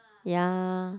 ya